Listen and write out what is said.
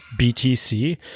BTC